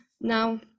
now